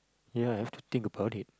ya I've to think about it